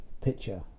picture